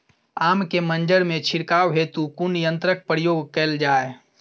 आम केँ मंजर मे छिड़काव हेतु कुन यंत्रक प्रयोग कैल जाय?